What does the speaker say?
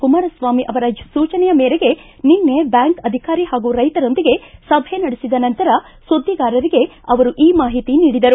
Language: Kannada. ಕುಮಾರಸ್ವಾಮಿ ಅವರ ಸೂಚನೆಯ ಮೇರೆಗೆ ನಿನ್ನೆ ಬ್ಯಾಂಕ್ ಅಧಿಕಾರಿ ಹಾಗೂ ರೈತರೊಂದಿಗೆ ಸಭೆ ನಡೆಸಿದ ನಂತರ ಸುದ್ದಿಗಾರರಿಗೆ ಅವರು ಈ ಮಾಹಿತಿ ನೀಡಿದರು